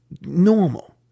normal